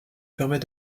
permet